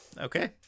okay